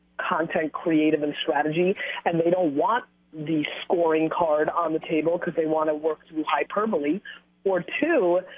content creative, and strategy and they want the scoring card on the table because they want to work through hyperbole or two,